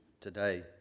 today